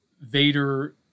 Vader-